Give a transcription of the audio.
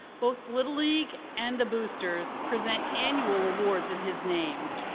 both little league and the boosters present annual awards in his name.